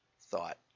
thought